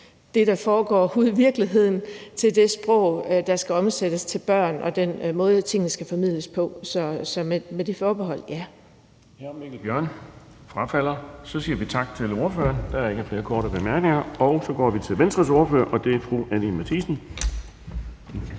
det, der foregår ude i virkeligheden, til det sprog, der skal omsættes til børn og den måde, tingene skal formidles på. Så med det forbehold vil